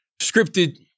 scripted